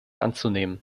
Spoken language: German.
anzunehmen